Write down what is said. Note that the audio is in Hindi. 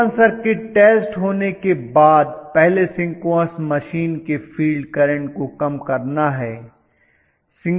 ओपन सर्किट टेस्ट होने के बाद पहले सिंक्रोनस मशीन के फील्ड करंट को कम करना है